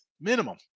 Minimum